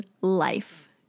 life